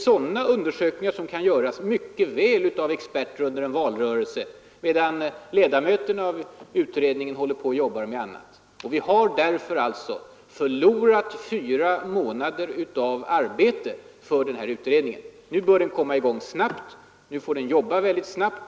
Sådana undersökningar kan mycket väl göras av experter under en valrörelse medan ledamöterna av utredningen arbetar med andra uppgifter. Vi har därför förlorat fyra månader av arbete för denna utredning. Nu bör den komma i gång omedelbart, och nu får den jobba väldigt snabbt.